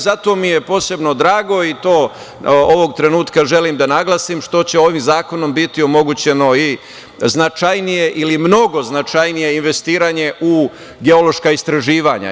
Zato mi je posebno drago i to ovog trenutka želim da naglasim, što će ovim zakonom biti omogućeno i značajnije ili mnogo značajnije investiranje u geološka istraživanja.